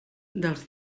dels